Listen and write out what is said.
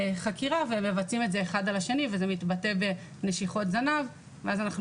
חקירה והם מבצעים את זה אחד על השני וזה מתבטא בנשיכות זנב ואז אנחנו